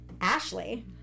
Ashley